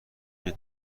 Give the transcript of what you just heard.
اینه